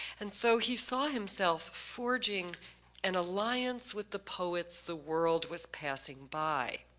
and so he saw himself forging an alliance with the poets the world was passing by.